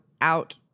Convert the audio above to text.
out